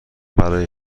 برای